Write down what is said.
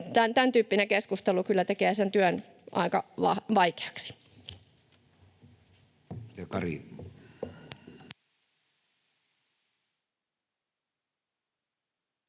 tämäntyyppinen keskustelu kyllä tekee sen työn aika vaikeaksi.